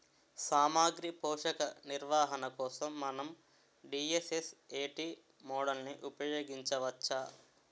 సామాగ్రి పోషక నిర్వహణ కోసం మనం డి.ఎస్.ఎస్.ఎ.టీ మోడల్ని ఉపయోగించవచ్చా?